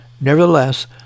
Nevertheless